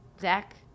Zach